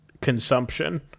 consumption